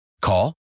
Call